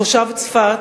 תושב צפת,